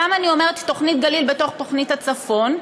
למה אני אומרת "תוכנית גליל בתוך תוכנית הצפון"?